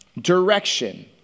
Direction